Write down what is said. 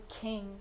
king